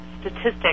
statistic